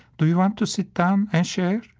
do you want to sit down and share?